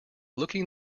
looking